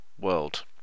world